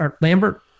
Lambert